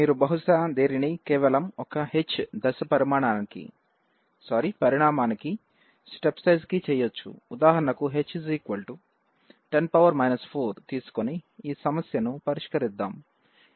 ఉదాహరణకి h 10 4 తీసుకొని ఈ సమస్యను పరిష్కరిద్దాం